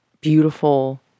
beautiful